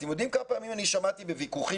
אתם יודעים כמה פעמים אני שמעתי בוויכוחים,